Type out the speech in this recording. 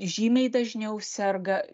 žymiai dažniau serga